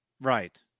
Right